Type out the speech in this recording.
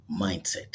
mindset